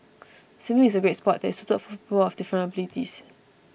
swimming is a great sport that is suited for people of different abilities